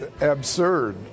absurd